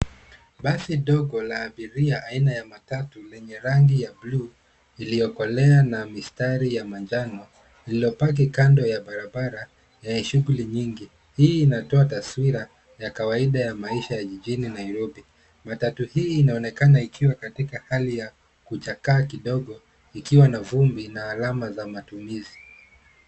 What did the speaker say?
Basi ndogo la abiria aina ya matatu lenye rangi ya buluu iliyo kolea na mistari ya manjano iliyo pakiwa kando ya barabara lenye shughuli nyingi. Hii inatoa taswira ya kawaida ya maisha ya jijini Nairobi. Matatu huu inaonekana ikiwa katika hali ya kuchakaa kidogo, ikiwa na vumbi na alama za matumizi.